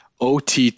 ott